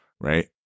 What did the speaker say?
Right